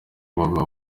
bagabo